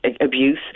abuse